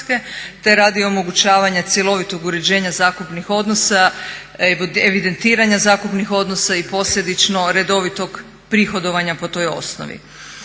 te radi omogućavanja cjelovitog uređenja zakupnih odnosa, evidentiranja zakupnih odnosa i posljedično redovitog prihodovanja po toj osnovi.